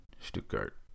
Stuttgart